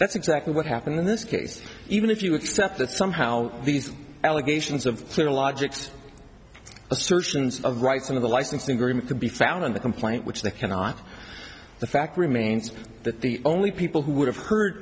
that's exactly what happened in this case even if you accept that somehow these allegations of logics assertions of rights of the licensing agreement could be found on the complaint which they cannot the fact remains that the only people who would have h